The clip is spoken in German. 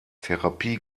therapie